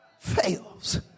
fails